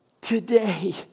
Today